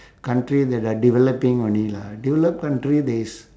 country that are developing only lah develop country they s~